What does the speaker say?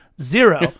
zero